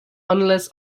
unless